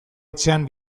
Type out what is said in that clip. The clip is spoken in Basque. etxean